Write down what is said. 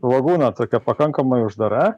lagūna tokia pakankamai uždara